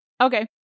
Okay